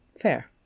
fair